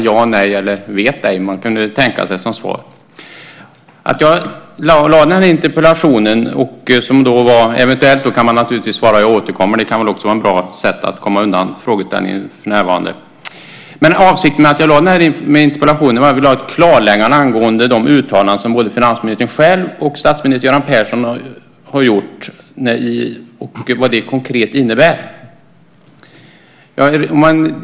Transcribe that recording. Jag kan tänka mig ett kort ja eller nej eller vet ej. Eventuellt kan man svara att man återkommer - det kan också vara ett bra sätt att komma undan frågeställningen för närvarande. Avsikten med min interpellation var att få ett klarläggande angående de uttalanden som både finansministern själv och statsminister Göran Persson har gjort och vad de konkret innebär.